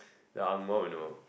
the angmoh would know